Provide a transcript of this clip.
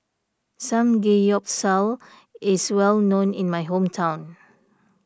Samgeyopsal is well known in my hometown